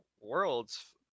worlds